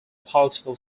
political